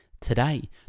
Today